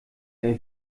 der